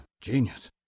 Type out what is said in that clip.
genius